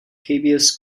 habeas